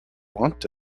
want